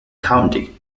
county